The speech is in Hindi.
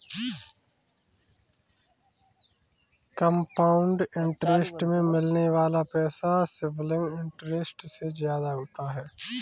कंपाउंड इंटरेस्ट में मिलने वाला पैसा सिंपल इंटरेस्ट से ज्यादा होता है